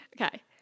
Okay